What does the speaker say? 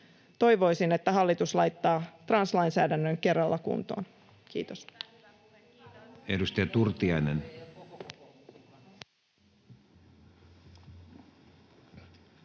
Toivoisin, että hallitus laittaa translainsäädännön kerralla kuntoon. — Kiitos.